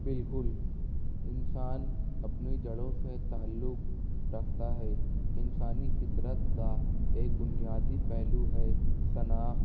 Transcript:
بالکل انسان اپنی جڑوں سے تعلق رکھتا ہے انسانی فطرت کا ایک بنیادی پہلو ہے شناخت